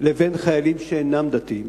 לבין חיילים שאינם דתיים.